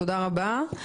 תודה רבה.